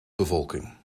bevolking